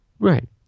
Right